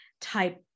type